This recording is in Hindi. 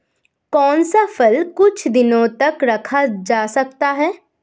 कौन सा फल कुछ दिनों तक रखा जा सकता है?